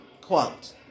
Quote